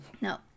No